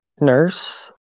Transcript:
nurse